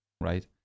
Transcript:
right